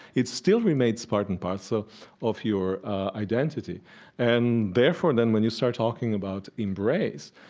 it still remains part and parcel of your identity and therefore then when you start talking about embrace,